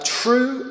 true